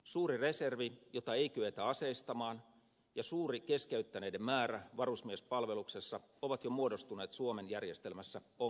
suuri reservi jota ei kyetä aseistamaan ja suuri keskeyttäneiden määrä varusmiespalveluksessa ovat jo muodostuneet suomen järjestelmässä ongelmiksi